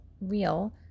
real